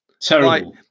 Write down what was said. terrible